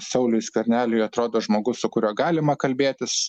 sauliui skverneliui atrodo žmogus su kuriuo galima kalbėtis